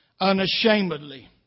unashamedly